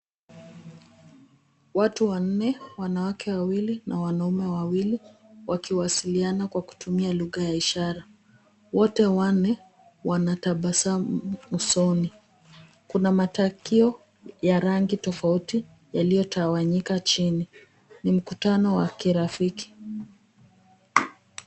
Watu wanne wanawake wawili na wanaume wawili wakiwasiliana kwa kutumia lugha ya ishara. Wote wanne wanatabasamu usoni. Kuna matakio ya rangi tofauti yaliyotawanyika chini. Ni mkutano wa kirafiki.